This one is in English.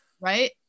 right